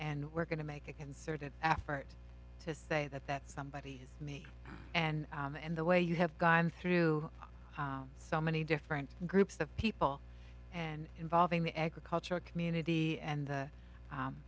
and we're going to make a concerted effort to say that that somebody is me and in the way you have gone through so many different groups of people and involving the agricultural community and the